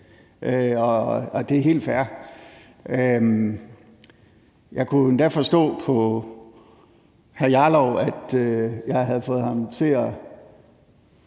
– det er helt fair. Jeg kunne endda forstå på hr. Rasmus Jarlov, at jeg havde fået ham til